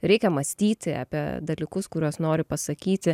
reikia mąstyti apie dalykus kuriuos nori pasakyti